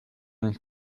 nicht